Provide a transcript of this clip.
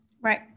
Right